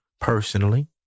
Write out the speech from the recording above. personally